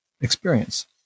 experience